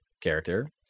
character